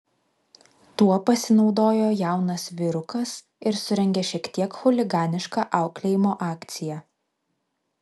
tuo pasinaudojo jaunas vyrukas ir surengė šiek tiek chuliganišką auklėjimo akciją